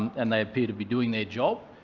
and they appear to be doing their job.